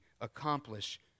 accomplish